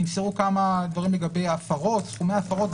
נמסרו כמה דברים לגבי הפרות, סכומי הפרות.